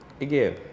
Again